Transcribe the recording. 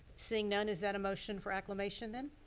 seeing none, is that a motion for acclamation then?